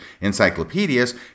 encyclopedias